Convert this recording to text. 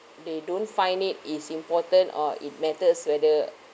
they don't find it is important or it matters whether